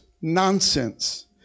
nonsense